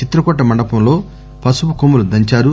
చిత్రకూట మండపంలో పసుపు కోమ్ములు దంచారు